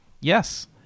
Yes